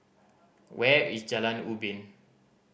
where is Jalan Ubin